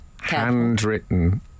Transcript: handwritten